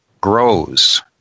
grows